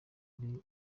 ari